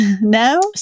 No